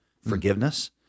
forgiveness